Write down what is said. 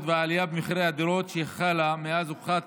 והעלייה במחירי הדירות שהחלה מאז הופחת